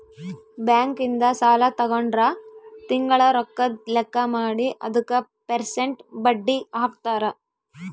bank ಇಂದ ಸಾಲ ತಗೊಂಡ್ರ ತಿಂಗಳ ರೊಕ್ಕದ್ ಲೆಕ್ಕ ಮಾಡಿ ಅದುಕ ಪೆರ್ಸೆಂಟ್ ಬಡ್ಡಿ ಹಾಕ್ತರ